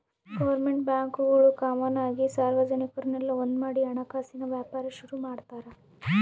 government ಬ್ಯಾಂಕ್ಗುಳು common ಆಗಿ ಸಾರ್ವಜನಿಕುರ್ನೆಲ್ಲ ಒಂದ್ಮಾಡಿ ಹಣಕಾಸಿನ್ ವ್ಯಾಪಾರ ಶುರು ಮಾಡ್ತಾರ